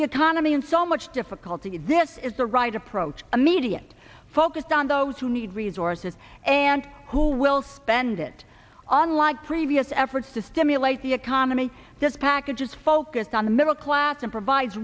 the economy in so much difficulty this is the right approach immediate focused on those who need resources and who will spend it on like previous efforts to stimulate the economy this package is focused on the middle class and provides